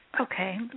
Okay